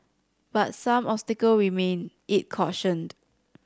but some obstacles remain it cautioned